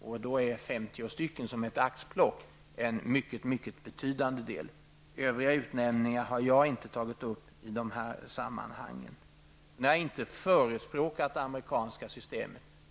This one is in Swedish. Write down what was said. Då är dessa 50 stycken som ett axplock en mycket betydande del. Övriga utnämningar har jag inte tagit upp i de här sammanhangen. Sedan har jag inte förespråkat det amerikanska systemet.